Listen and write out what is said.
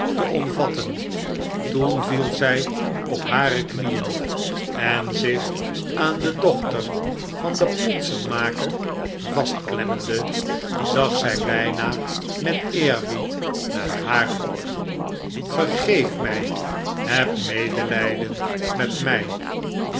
te omvatten toen viel zij op hare knieen en zich aan de dochter van den potsenmaker vastklemmende zag zij bijna met eerbied naar haar op vergeef mij heb medelijden met mij